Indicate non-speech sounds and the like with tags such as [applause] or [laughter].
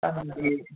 [unintelligible]